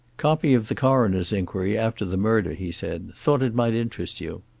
copy of the coroner's inquiry, after the murder, he said. thought it might interest you.